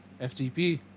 FTP